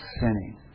sinning